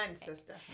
sister